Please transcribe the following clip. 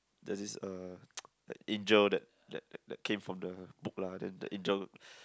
there's this uh that angel that that that came from the book lah then the angel